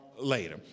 later